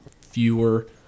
fewer